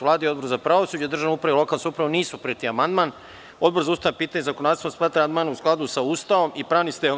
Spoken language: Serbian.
Vlada i Odbor za pravosuđe, državnu upravu i lokalnu samoupravu nisu prihvatili amandman, a Odbor za ustavna pitanja i zakonodavstvo smatra da je amandman u skladu sa Ustavom i pravnim sistemom.